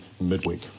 midweek